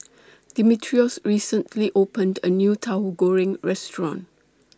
Dimitrios recently opened A New Tauhu Goreng Restaurant